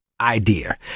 Idea